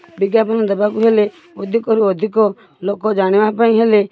ବିଜ୍ଞାପନ ଦବାକୁ ହେଲେ ଅଧିକ ରୁ ଅଧିକ ଲୋକ ଜାଣିବା ପାଇଁ ହେଲେ